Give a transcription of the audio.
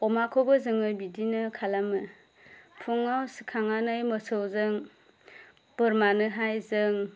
अमाखौबो जोङो बिदिनो खालामो फुङाव सिखांनानै मोसौजों बोरमानोहाय जों